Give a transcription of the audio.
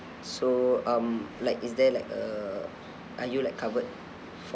so um like is there like a are you like covered for